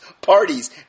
parties